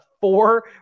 four